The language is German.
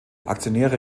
aktionäre